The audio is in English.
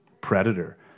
Predator